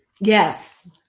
Yes